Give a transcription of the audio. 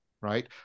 Right